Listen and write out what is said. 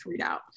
readout